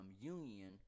union